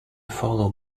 follow